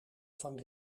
van